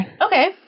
Okay